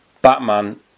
Batman